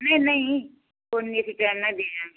ਨਹੀਂ ਨਹੀਂ ਉਣੇ ਕੁ ਟੈਮ ਨਾਲ ਈ ਦੇ ਜਾਵਾਂਗੀ